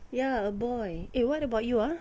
ya a boy eh what about you ah